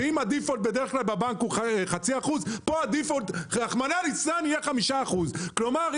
שאם הדיפולט בבנק הוא בדרך כלל 0.5% פה הדיפולט יהיה 5%. כלומר,